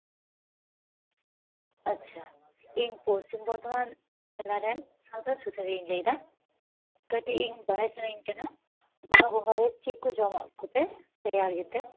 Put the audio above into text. ᱟᱪᱪᱷᱟ ᱤᱧ ᱯᱚᱥᱪᱷᱤᱢ ᱵᱚᱨᱫᱷᱚᱢᱟᱱ ᱡᱮᱞᱟ ᱨᱮᱱ ᱥᱟᱶᱛᱟ ᱥᱩᱥᱟᱹᱨᱤᱭᱟᱹᱧ ᱞᱟᱹᱭᱮᱫᱟ ᱠᱟᱹᱴᱤᱡ ᱤᱧ ᱵᱟᱲᱟᱭ ᱥᱟᱱᱟᱧ ᱠᱟᱱᱟ ᱵᱟᱦᱟ ᱵᱚᱸᱜᱟ ᱨᱮ ᱪᱮᱫ ᱠᱚ ᱡᱚᱢᱟᱜ ᱠᱚᱯᱮ ᱛᱮᱭᱟᱨ ᱜᱮᱛᱮ